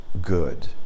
good